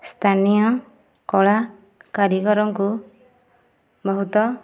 ସ୍ଥାନୀୟ କଳା କାରିଗରଙ୍କୁ ବହୁତ